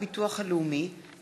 הצעת חוק הביטוח הלאומי (תיקון,